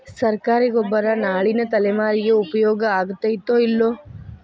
ಸರ್ಕಾರಿ ಗೊಬ್ಬರ ನಾಳಿನ ತಲೆಮಾರಿಗೆ ಉಪಯೋಗ ಆಗತೈತೋ, ಇಲ್ಲೋ?